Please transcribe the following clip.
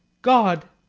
god,